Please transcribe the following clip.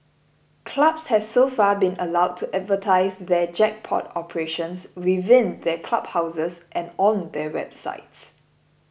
clubs have so far been allowed to advertise their jackpot operations within their clubhouses and on their websites